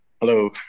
Hello